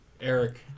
Eric